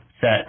set